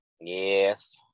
Yes